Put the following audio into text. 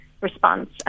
response